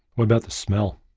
what about the smell?